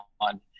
on